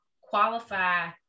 qualify